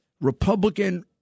Republican